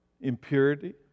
Impurity